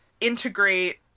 integrate